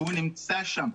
והוא נמצא שם.